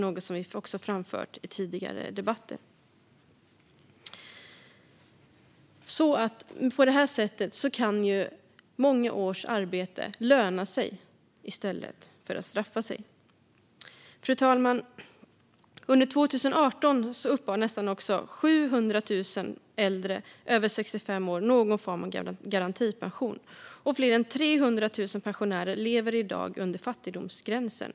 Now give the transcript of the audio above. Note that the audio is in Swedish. Det har vi också framfört i tidigare debatter. På det sättet skulle många års arbete kunna löna sig i stället för att straffa sig. Fru talman! Under 2018 uppbar nästan 700 000 äldre över 65 år någon form av garantipension. Och fler än 300 000 pensionärer lever i dag under fattigdomsgränsen.